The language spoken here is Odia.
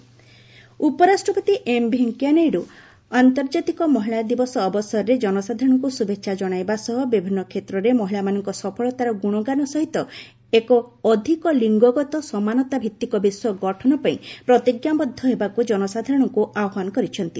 ଭିପି ଓମେନ୍ସ ଡେ ଉପରାଷ୍ଟ୍ରପତି ଏମ୍ ଭେଙ୍କିୟା ନାଇଡୁ ଆନ୍ତର୍ଜାତିକ ମହିଳା ଦିବସ ଅବସରରେ ଜନସାଧାରଣଙ୍କୁ ଶୁଭେଚ୍ଛା କଣାଇବା ସହ ବିଭିନ୍ନ କ୍ଷେତ୍ରରେ ମହିଳାମାନଙ୍କ ସଫଳତାର ଗ୍ରଣଗାନ ସହିତ ଏକ ଅଧିକ ଲିଙ୍ଗଗତ ସମାନତାଭିତ୍ତିକ ବିଶ୍ୱ ଗଠନପାଇଁ ପ୍ରତିଜ୍ଞାବଦ୍ଧ ହେବାକୃ ଜନସାଧାରରଙ୍କୃ ଆହ୍ୱାନ କରିଛନ୍ତି